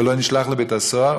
ולא נשלח לבית-הסוהר,